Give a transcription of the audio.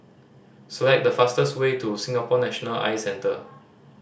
select the fastest way to Singapore National Eye Center